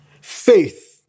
faith